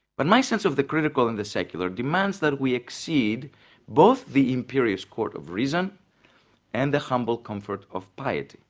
but my sense of the critical and the secular demands that we exceed both the imperious court of reason and the humble comfort of piety.